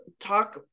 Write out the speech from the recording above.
talk